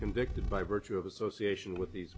convicted by virtue of association with these